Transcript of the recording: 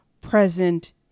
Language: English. present